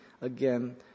again